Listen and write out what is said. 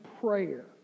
prayer